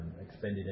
extended